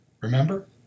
remember